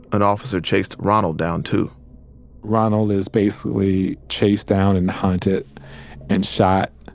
an officer chased ronald down too ronald is basically chased down and hunted and shot